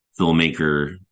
filmmaker